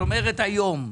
זאת אומרת היום.